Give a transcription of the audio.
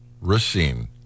Racine